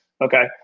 Okay